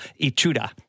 Ichuda